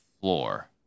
floor